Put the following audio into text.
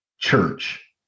church